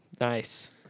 Nice